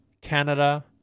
Canada